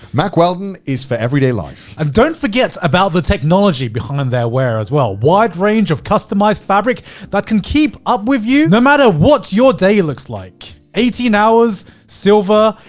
mack weldon is for everyday life. and don't forget about the technology behind their were as well. wide range of customized fabric that can keep up with you no matter what your day looks like. eighteen hours, silver,